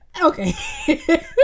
Okay